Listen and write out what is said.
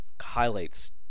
highlights